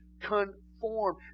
conform